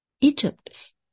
Egypt